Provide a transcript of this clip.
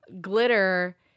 glitter